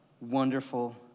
wonderful